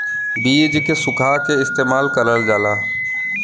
बीज के सुखा के इस्तेमाल करल जाला